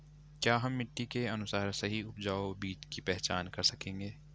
क्या हम मिट्टी के अनुसार सही उपजाऊ बीज की पहचान कर सकेंगे?